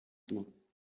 sie